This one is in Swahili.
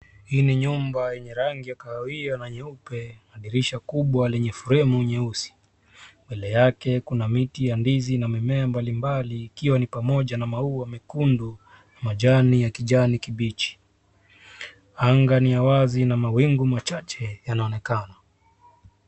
Hii ni nyumba enye rangi ya kahawia na nyeupe. Dirisha kubwa lenye fremu nyeusi. Mbele yake kuna miti ya ndizi na mimea mbalimbali ikiwa ni pamoja na maua mekundu majani ya kijani kibichi. Anga ni ya wazi na mawingu machache yanaonekana.